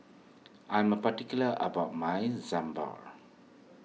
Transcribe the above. I am particular about my Sambar